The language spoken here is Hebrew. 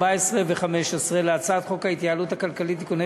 ו-(15) להצעת חוק ההתייעלות הכלכלית (תיקוני